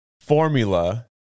formula